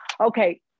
Okay